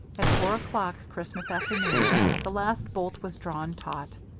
at four o'clock christmas afternoon the last bolt was drawn taut.